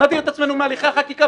נדיר את עצמנו מהליכי החקיקה,